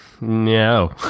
No